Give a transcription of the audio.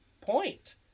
point